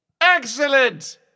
Excellent